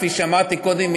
כמו שאמרתי קודם,